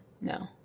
no